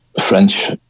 French